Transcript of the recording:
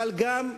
אבל גם,